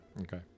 Okay